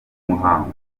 muhango